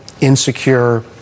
insecure